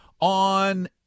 on